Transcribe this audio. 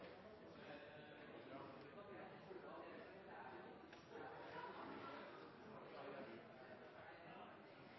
respekt for at jeg